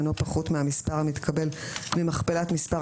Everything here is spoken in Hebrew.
אינו פחות מהמספר המתקבל ממכפלת מספר